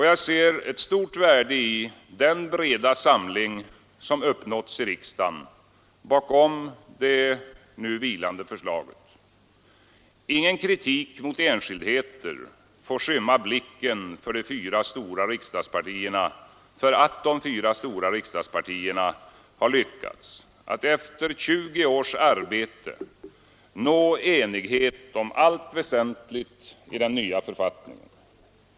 Jag ser ett stort värde i den breda samling som uppnåtts i riksdagen bakom det nu vilande förslaget. Ingen kritik mot enskildheter får skymma blicken för att de fyra stora riksdagspartierna lyckats att, efter 20 års arbete, nå enighet om allt väsentligt i den nya författningen.